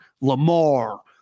Lamar